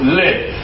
live